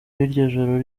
joro